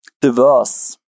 diverse